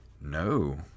No